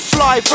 Fly